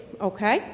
Okay